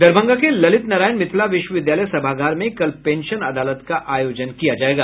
दरभंगा के ललित नारायण मिथिला विश्वविद्यालय सभागार में कल पेंशन अदालत का आयोजन किया जायेगा